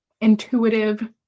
intuitive